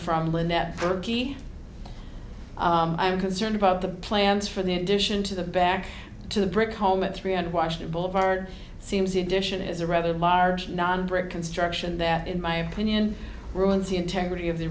pearcy i'm concerned about the plans for the addition to the back to the brick home at three hundred washington boulevard seems edition is a rather large non brick construction that in my opinion ruins the integrity of the